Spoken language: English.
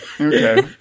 Okay